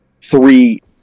three